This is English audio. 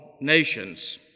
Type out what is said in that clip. nations